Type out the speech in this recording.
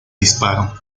disparo